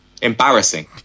embarrassing